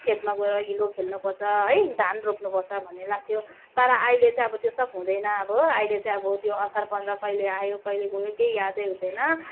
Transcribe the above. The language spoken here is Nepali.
खेतमा गएर हिलो खेल्नु पर्छ है धान रोप्नु पर्छ भन्ने लाग्थ्यो तर अहिले चाहिँ अब त्यो सब हुँदैन अहिले चाहिँ अब त्यो पन्ध्र कहिले आयो कहिले गयो केही यादै हुँदैन